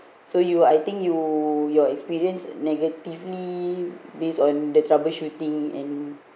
so you I think you your experience negatively based on the troubleshooting and